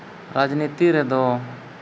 ᱨᱟᱡᱽᱱᱤᱛᱤ ᱨᱮᱫᱚ